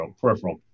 peripheral